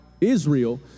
Israel